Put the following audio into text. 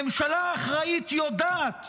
ממשלה אחראית יודעת